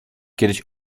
kiedyś